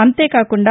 అంతే కాకుండా